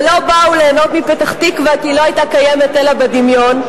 ולא באו ליהנות מפתח-תקווה כי היא לא היתה קיימת אלא בדמיון.